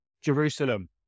Jerusalem